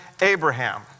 abraham